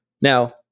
Now